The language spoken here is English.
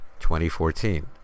2014